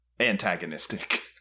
Antagonistic